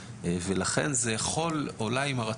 לכן אנחנו נדרשים לערוך איזה שהוא